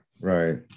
right